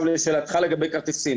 לשאלתך לגבי כרטיסים,